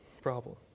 problem